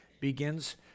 begins